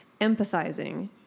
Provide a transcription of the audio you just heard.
empathizing